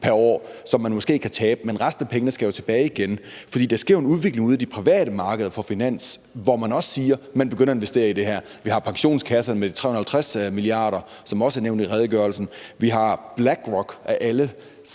pr. år, som man måske kan tabe, men resten af pengene skal tilbage igen, fordi der jo sker en udvikling ude i de markeder for finans, hvor man også siger, at man begynder at investere i det her. Vi har pensionskasserne med de 350 mia. kr., som også er nævnt i redegørelsen. Vi har BlackRocks brev,